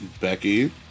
Becky